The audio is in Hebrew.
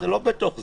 כן, זה לא בתוך זה.